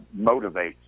motivates